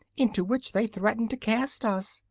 into which they threatened to cast us,